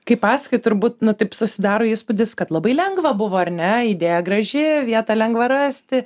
kai pasakoji turbūt na taip susidaro įspūdis kad labai lengva buvo ar ne idėja graži vietą lengva rasti